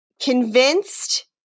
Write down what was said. convinced